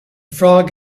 frog